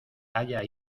haya